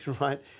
right